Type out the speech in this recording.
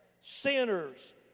sinners